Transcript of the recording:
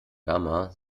gamma